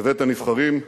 בבית-הנבחרים,